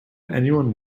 anyone